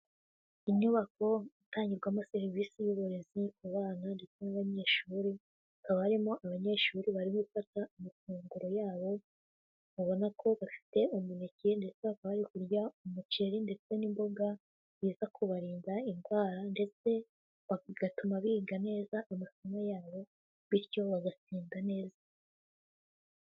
Inyubako itangirwamo serivisi y'uburezi ku bana ndetse n'abanyeshuri, hakaba harimo abanyeshuri bari gufata amafunguro yabo, ubona ko bafite umuneke ndetse bakaba bari kurya umuceri ndetse n'imboga biza kubarinda indwara, ndetse bigatuma biga neza amasomo yabo. Bityo bagatsinda neza.